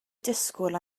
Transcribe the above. disgwyl